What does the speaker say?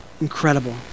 Incredible